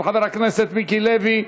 של חבר הכנסת מיקי לוי,